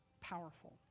powerful